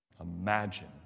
Imagine